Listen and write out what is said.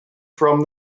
from